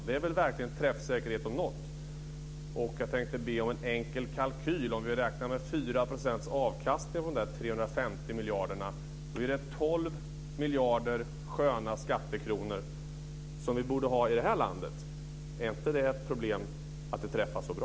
Det är väl träffsäkerhet om något. Jag tänkte be att få göra en enkel kalkyl. Om vi räknar med 4 procents avkastning på de 350 miljarderna, är det 12 miljarder sköna skattekronor som vi borde ha i det här landet. Är det inte ett problem att de träffar så bra?